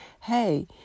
hey